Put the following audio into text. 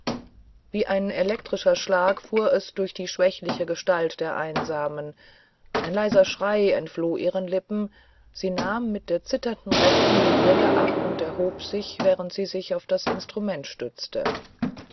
wie ein elektrischer schlag fuhr es durch die schwächliche gestalt der einsamen ein leiser schrei entfloh ihren lippen sie nahm mit der zitternden rechten die brille ab und erhob sich während sie sich auf das instrument stützte